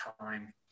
time